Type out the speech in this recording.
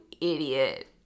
idiot